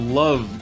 love